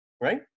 right